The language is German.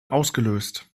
ausgelöst